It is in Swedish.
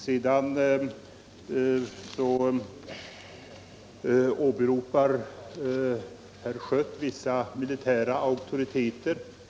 Herr Schött åberopade vissa militära auktoriteter.